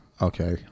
Okay